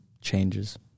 changes